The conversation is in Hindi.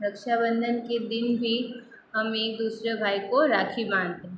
रक्षा बंधन के दिन भी हम एक दूसरे भाई को राखी बांधते हैं